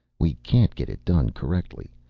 we can't get it done correctly.